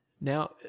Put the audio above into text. Now